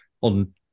on